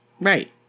Right